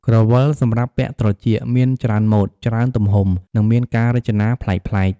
ក្រវិល សម្រាប់ពាក់ត្រចៀក មានច្រើនម៉ូដ ច្រើនទំហំ និងមានការរចនាប្លែកៗ។